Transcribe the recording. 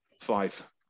Five